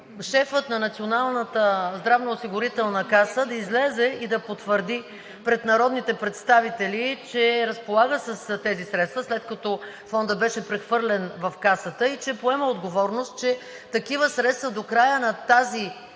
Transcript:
шефът на Националната здравноосигурителна каса да излезе на тази трибуна и да потвърди пред народните представители, че разполага с тези средства, след като Фондът беше прехвърлен в Касата, и че поема отговорност, че такива средства до края на тази